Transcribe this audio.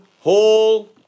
Hall